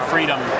Freedom